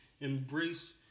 embrace